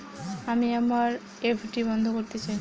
আমি আমার এফ.ডি বন্ধ করতে চাই